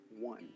one